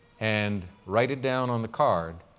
and write it down on the card,